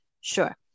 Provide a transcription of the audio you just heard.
sure